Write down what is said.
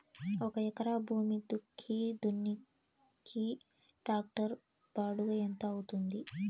ఒక ఎకరా భూమి దుక్కి దున్నేకి టాక్టర్ బాడుగ ఎంత అవుతుంది?